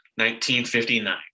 1959